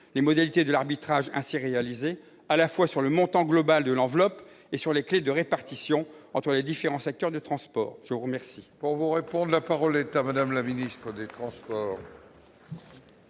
les modalités de l'arbitrage ainsi réalisé, à la fois sur le montant global de l'enveloppe et sur les clés de répartition entre les différents secteurs de transports. La parole